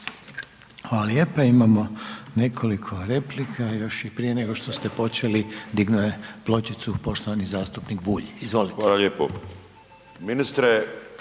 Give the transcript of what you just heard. Hvala lijepa. Imamo nekoliko replika, i još i prije nego što ste počeli dignuti pločicu, poštovani zastupnik Bulj. Izvolite. **Bulj, Miro